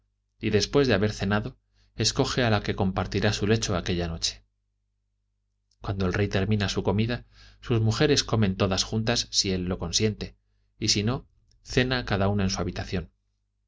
y después de haber cenado escoge la que compartirá su lecho aquella noche cuando el rey termina su comida sus mujeres comen todas juntas si él lo consiente y si no cena cada una en su habitación